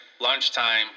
lunchtime